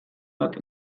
bat